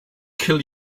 kill